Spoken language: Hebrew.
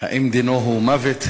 האם דינו מוות?